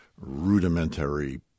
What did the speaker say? rudimentary